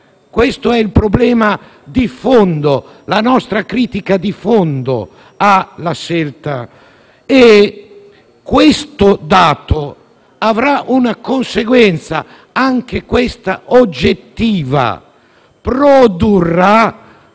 Questo è il problema di fondo, la nostra critica di fondo alla vostra scelta. Questo dato avrà una conseguenza, anche questa oggettiva: produrrà